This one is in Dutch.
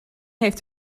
heeft